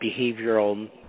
behavioral